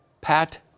Pat